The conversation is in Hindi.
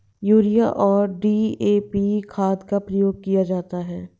यूरिया और डी.ए.पी खाद का प्रयोग किया जाता है